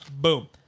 Boom